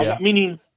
Meaning